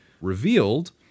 revealed